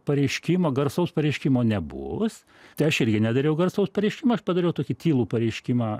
pareiškimo garsaus pareiškimo nebus tai aš irgi nedariau garsaus pareiškimo aš padariau tokį tylų pareiškimą